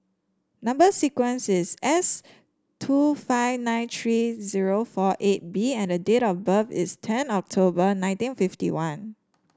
number sequence is S two five nine three zero four eight B and the date of birth is ten October nineteen fifty one